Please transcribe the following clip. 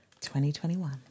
2021